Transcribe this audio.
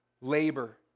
labor